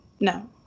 No